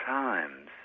times